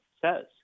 says